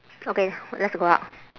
okay let's go out